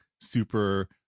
super